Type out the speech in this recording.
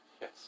Yes